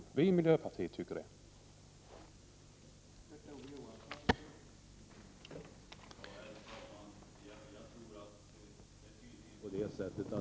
Vi i miljöpartiet tycker att man skall göra det.